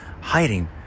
hiding